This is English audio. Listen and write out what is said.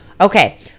Okay